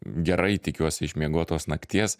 gerai tikiuosi išmiegotos nakties